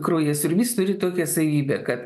kraujasiurbys turi tokią savybę kad